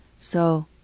so